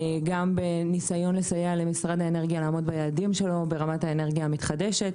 גם בניסיון לסייע למשרד האנרגיה לעמוד ביעדים שלו ברמת האנרגיה המתחדשת;